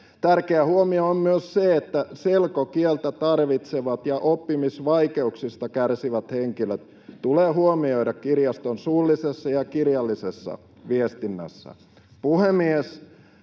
Tärkeä huomio on myös se, että selkokieltä tarvitsevat ja oppimisvaikeuksista kärsivät henkilöt tulee huomioida kirjaston suullisessa ja kirjallisessa viestinnässä. Puhemies!